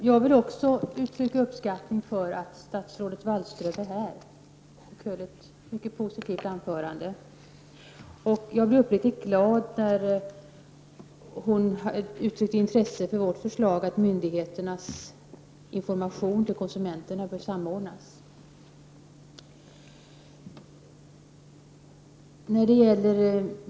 Herr talman! Även jag vill uttrycka uppskattning över att statsrådet Wallström är här. Hon höll ett mycket positivt anförande, och jag blev uppriktigt glad när hon uttryckte intresse för vårt förslag att myndigheternas information till konsumenterna bör samordnas.